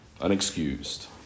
unexcused